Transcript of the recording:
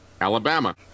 Alabama